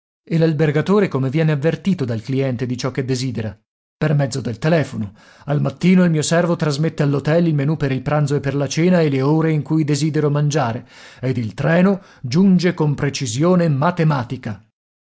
e l'albergatore come viene avvertito dal cliente di ciò che desidera per mezzo del telefono al mattino il mio servo trasmette all'htel il menù per il pranzo e per la cena e le ore in cui desidero mangiare ed il treno giunge con precisione matematica